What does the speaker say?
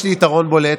יש לי יתרון בולט,